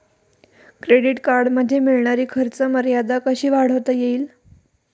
Credit कार्डमध्ये मिळणारी खर्च मर्यादा कशी वाढवता येईल?